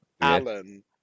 Alan